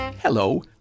Hello